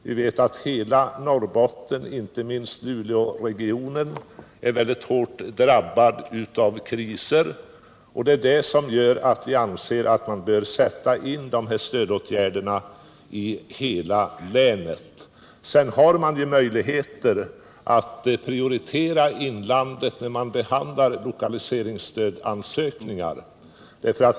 Vi vet att hela Norrbotten, inte minst Luleåregionen, är väldigt hårt drabbat av kriser, och vi anser därför att man bör sätta in dessa stödåtgärder i hela länet. Man har ju sedan möjligheter att prioritera inlandet vid behandlingen av lokaliseringsansökningar.